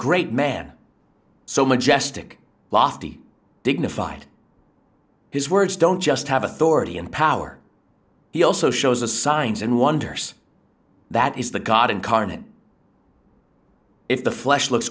great man so majestic lofty dignified his words don't just have authority and power he also shows the signs and wonders that is the god incarnate if the flesh looks